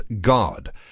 God